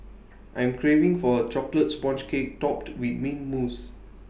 I am craving for A Chocolate Sponge Cake Topped with Mint Mousse